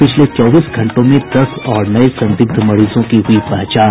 पिछले चौबीस घंटों में दस और नये संदिग्ध मरीजों की हुई पहचान